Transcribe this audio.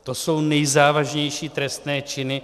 To jsou nejzávažnější trestné činy.